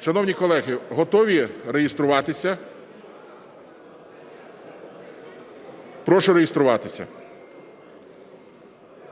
Шановні колеги, готові реєструватися? Прошу реєструватися. 10:02:00 У